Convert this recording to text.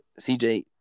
cj